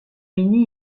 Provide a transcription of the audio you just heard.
minnie